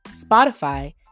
Spotify